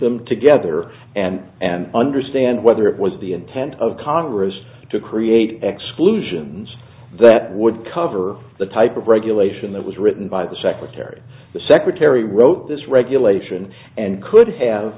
them together and and understand whether it was the intent of congress to create xclusive and that would cover the type of regulation that was written by the secretary the secretary wrote this regulation and could have